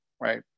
right